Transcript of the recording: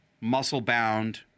muscle-bound